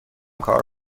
کار